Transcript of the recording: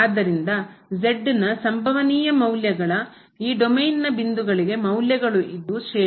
ಆದ್ದರಿಂದ ನ ಸಂಭವನೀಯ ಮೌಲ್ಯಗಳ ಈ ಡೊಮೇನ್ನ ಬಿಂದುಗಳಿಗೆ ಮೌಲ್ಯಗಳುಇದು ಶ್ರೇಣಿ